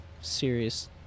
serious